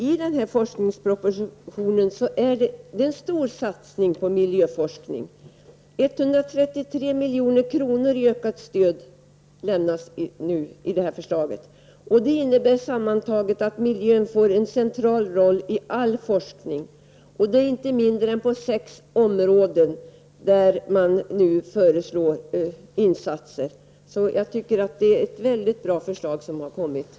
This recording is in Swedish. I forskningspropositionen görs en stor satsning på miljöforskning. Förslaget innebär ett ökat stöd på 133 milj.kr. Det betyder sammantaget att miljön får en central roll i all forskning. På inte mindre än sex områden föreslås nu insatser. Jag tycker att det är ett mycket bra förslag som har lagts fram.